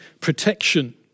protection